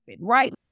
right